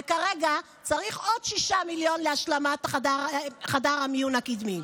וכרגע צריך עוד 6 מיליון להשלמת חדר המיון הקדמי.